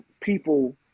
people